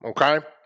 okay